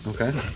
Okay